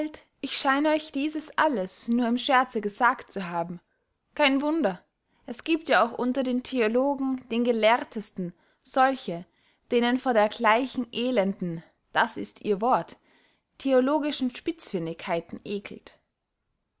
ich scheine euch dieses alles nur im scherze gesagt zu haben kein wunder es giebt ja auch unter den theologen den gelehrtesten solche denen vor dergleichen elenden das ist ihr wort theologischen spitzfindigkeiten eckelt